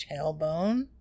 tailbone